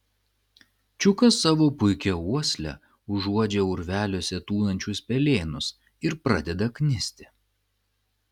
čiukas savo puikia uosle užuodžia urveliuose tūnančius pelėnus ir pradeda knisti